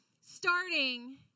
starting